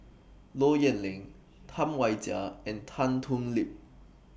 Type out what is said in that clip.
Low Yen Ling Tam Wai Jia and Tan Thoon Lip